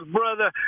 brother